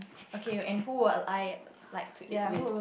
okay and who will I like to eat with